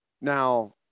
Now